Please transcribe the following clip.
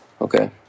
Okay